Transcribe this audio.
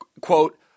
quote